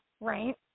right